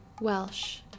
Welsh